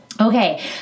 Okay